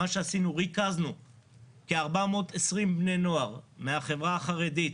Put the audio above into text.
ריכזנו כ-420 בני נוער מהחברה החרדית,